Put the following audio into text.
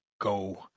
go